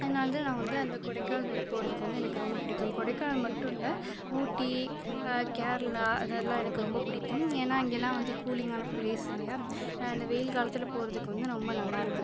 அதனால் தான் நான் வந்து அந்த கொடைக்கானல் போகிறத்துக்கு வந்து எனக்கு ரொம்ப பிடிக்கும் கொடைக்கானல் மட்டும் இல்லை ஊட்டி கேரளா அதெல்லாம் எனக்கு ரொம்ப பிடிக்கும் ஏன்னால் இங்கேயெல்லாம் வந்து கூலிங்கான பிளேஸ் இல்லையா இந்த வெயில் காலத்தில் போகிறதுக்கு வந்து ரொம்ப நல்லா இருக்கும்